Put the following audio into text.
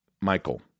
Michael